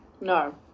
No